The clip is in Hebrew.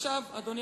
אדוני